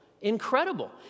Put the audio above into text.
Incredible